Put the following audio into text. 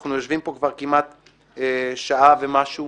אנחנו יושבים פה כבר כמעט שעה ומשהו,